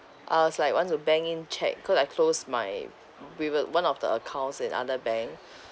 I was like want to bank in cheque cause I close my we were one of the accounts in other bank